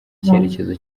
icyerekezo